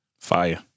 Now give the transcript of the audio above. Fire